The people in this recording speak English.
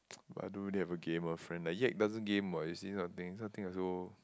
but I don't have a gamer friend like yet doesn't game what you see this kind of thing this kind of thing also